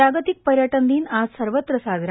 जागतिक पर्यटन दिन आज सर्वत्र साजरा